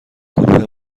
گروه